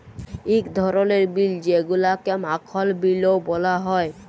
ইক ধরলের বিল যেগুলাকে মাখল বিলও ব্যলা হ্যয়